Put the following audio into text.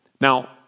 Now